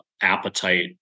appetite